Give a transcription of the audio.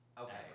Okay